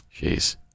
Jeez